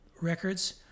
records